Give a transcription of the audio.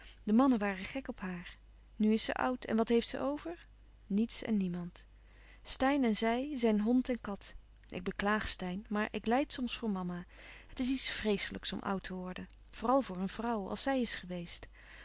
de mannen waren gek op haar nu is ze oud en wat heeft ze over niets en niemand steyn en zij zijn hond en kat ik beklaag steyn maar ik lijd soms voor mama het is iets vreeslijks om oud te worden vooral voor een vrouw als zij is geweest